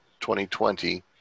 2020